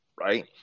right